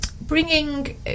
bringing